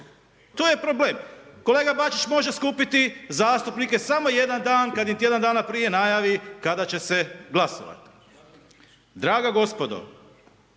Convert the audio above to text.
To je problem. Kolega Bačić može skupiti zastupnike samo jedan dan kad im tjedan dana prije najavi kada će se glasovati. Draga gospodo